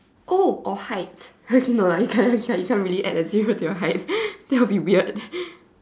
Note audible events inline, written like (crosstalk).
oh or height okay no lah (laughs) you can't you can't really add a zero to your height (laughs) that will be weird